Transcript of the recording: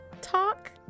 talk